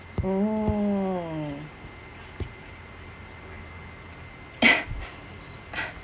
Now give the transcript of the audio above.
mm